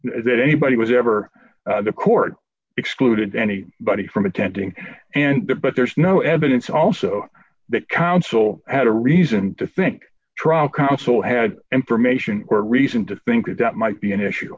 that anybody was ever the court excluded any body from attending and that but there's no evidence also that council had a reason to think tribal council had information or reason to think that might be an issue